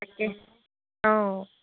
তাকে অঁ